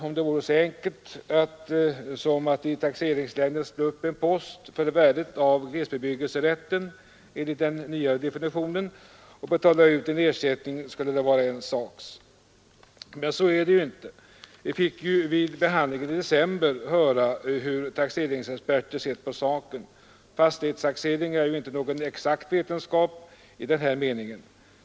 Om det vore så enkelt som att i taxeringslängden slå upp en post för värdet av glesbebyggelserätten — enligt den nyare definitionen — och betala ut en ersättning skulle det vara en sak. Men så är det ju inte. Vi fick vid behandlingen i december höra hur taxeringsexperter sett på saken. Fastighetstaxering är inte någon exakt vetenskap i den här meningen.